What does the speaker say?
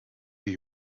did